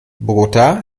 bogotá